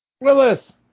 Willis